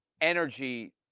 energy